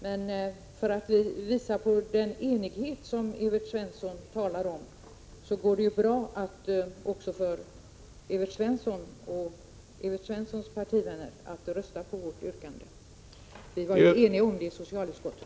Men för att visa den enighet som Evert Svensson talar om går det bra också för Evert Svensson och hans partivänner att rösta på vårt yrkande. Vi var eniga om detta krav i socialutskottet.